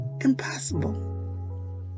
impossible